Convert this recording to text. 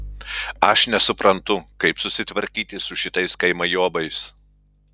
aš nesuprantu kaip susitvarkyti su šitais kaimajobais